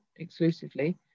Exclusively